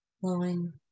flowing